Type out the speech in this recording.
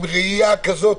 עם ראייה כזאת,